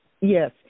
Yes